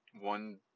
one